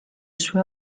sue